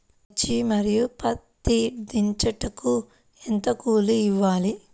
మిర్చి మరియు పత్తి దించుటకు ఎంత కూలి ఇవ్వాలి?